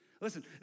Listen